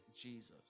Jesus